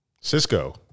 Cisco